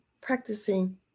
practicing